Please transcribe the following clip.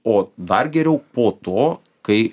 o dar geriau po to kai